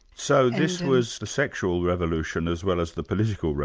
so this was the sexual revolution as well as the political